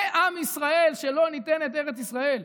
זה עם ישראל שלו ניתנת ארץ ישראל.